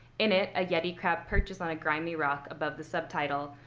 in it, a yeti crab perches on a grimy rock above the subtitle,